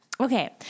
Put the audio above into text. Okay